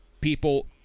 people